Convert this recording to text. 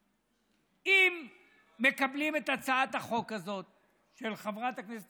אם מקבלים את הצעת החוק הזאת של חברת הכנסת